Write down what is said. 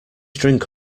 drink